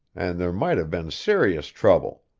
and there might have been serious trouble.